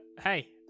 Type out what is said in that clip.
Hey